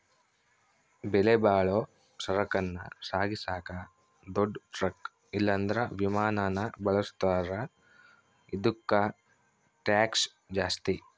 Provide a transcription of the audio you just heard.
ಬೆಲೆಬಾಳೋ ಸರಕನ್ನ ಸಾಗಿಸಾಕ ದೊಡ್ ಟ್ರಕ್ ಇಲ್ಲಂದ್ರ ವಿಮಾನಾನ ಬಳುಸ್ತಾರ, ಇದುಕ್ಕ ಟ್ಯಾಕ್ಷ್ ಜಾಸ್ತಿ